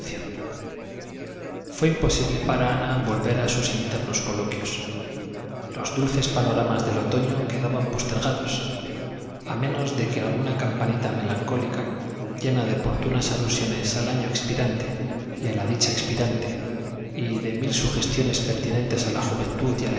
fué imposible para ana volver a sus internoscoloquios los dulces panoramas del otoño quedaban postergados a menos de que alguna carnipanita melancólica llena de oportunas alusiones al año expirante y a la dicha expirante y de mil sugestiones pertinentes a la juventud